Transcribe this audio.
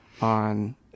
on